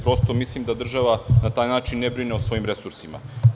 Prosto, mislim da država na taj način ne brine o svojim resursima.